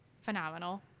phenomenal